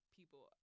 people